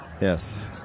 Yes